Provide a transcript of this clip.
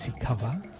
cover